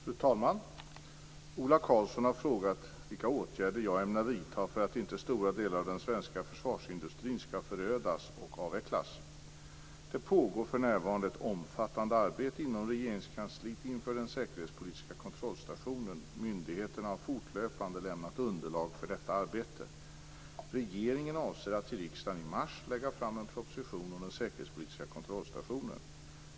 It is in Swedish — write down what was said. Fru talman! Ola Karlsson har frågat vilka åtgärder jag ämnar vidta för att inte stora delar av den svenska försvarsindustrin skall förödas och avvecklas. Det pågår för närvarande ett omfattande arbete inom Regeringskansliet inför den säkerhetspolitiska kontrollstationen. Myndigheterna har fortlöpande lämnat underlag för detta arbete. Regeringen avser att till riksdagen i mars lägga fram en proposition om den säkerhetspolitiska kontrollstationen.